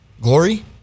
Glory